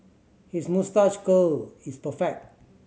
his moustache curl is perfect